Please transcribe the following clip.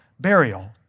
burial